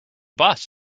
boss